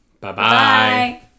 Bye-bye